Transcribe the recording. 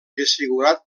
desfigurat